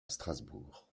strasbourg